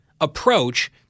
approach